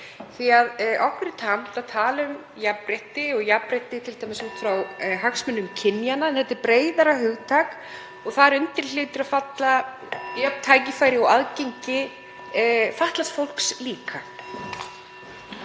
hugtak. Okkur er tamt að tala um jafnrétti, og jafnrétti t.d. út frá hagsmunum kynjanna. En þetta er breiðara hugtak og þar undir hljóta að falla jöfn tækifæri og aðgengi fatlaðs fólks líka.